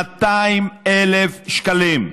200,000 שקלים.